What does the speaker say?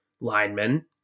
linemen